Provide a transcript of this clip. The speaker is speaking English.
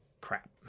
Crap